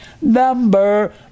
number